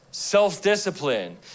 Self-discipline